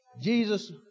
Jesus